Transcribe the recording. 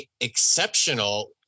exceptional